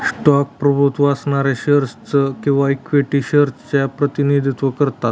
stock प्रभुत्व असणाऱ्या shares च किंवा इक्विटी शेअर्स च प्रतिनिधित्व करतात